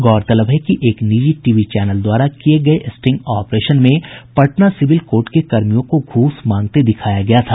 गौरतलब है कि एक निजी टीवी चैनल द्वारा किये गये स्टिंग ऑपरेशन में पटना सिविल कोर्ट के कर्मियों को घ्रस मांगते दिखाया गया था